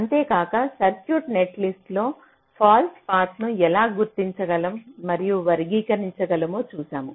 అంతేకాక సర్క్యూట్ నెట్లిస్ట్లో ఫాల్స్ పాత్లను ఎలా గుర్తించగలము మరియు వర్గీకరించ గలమో చూసాము